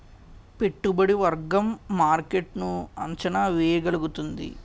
పెట్టుబడి వర్గం మార్కెట్ ను అంచనా వేయగలుగుతుంది